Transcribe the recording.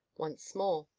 once more,